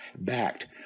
backed